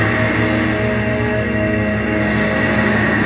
is